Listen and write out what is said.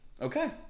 Okay